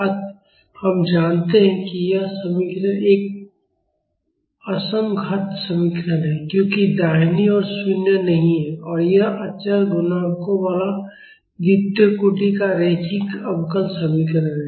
अतः हम जानते हैं कि यह समीकरण एक असमघात समीकरण है क्योंकि दाहिनी ओर शून्य नहीं है और यह अचर गुणांकों वाला द्वितीय कोटि का रैखिक अवकल समीकरण है